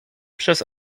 przez